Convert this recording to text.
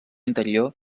interior